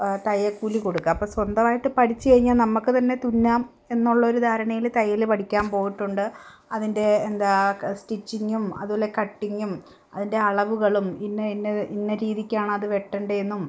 തയ്യൽക്കൂലി കൊടുക്കുക അപ്പം സ്വന്തമായിട്ട് പഠിച്ചു കഴിഞ്ഞാൽ നമുക്കു തന്നെ തുന്നാം എന്നുള്ളൊരു ധാരണയിൽ തയ്യൽ പഠിക്കാൻ പോയിട്ടുണ്ട് അതിൻ്റെ എന്താ സ്റ്റിച്ചിങ്ങും അതു പോലെ കട്ടിങ്ങും അതിൻ്റെ അളവുകളും ഇന്ന ഇന്ന ഇന്ന രീതിക്കാണ് അത് വെട്ടേണ്ടതെന്നും